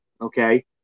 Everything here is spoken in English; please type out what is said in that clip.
okay